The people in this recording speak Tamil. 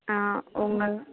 ஆ உங்க